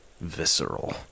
visceral